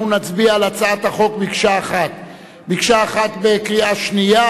נצביע על הצעת החוק מקשה אחת בקריאה שנייה,